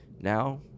now